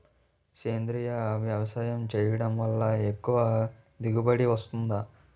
సేంద్రీయ వ్యవసాయం చేయడం వల్ల ఎక్కువ దిగుబడి వస్తుందా?